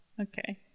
Okay